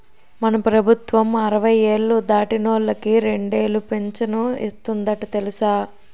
మన ప్రభుత్వం అరవై ఏళ్ళు దాటినోళ్ళకి రెండేలు పింఛను ఇస్తందట తెలుసా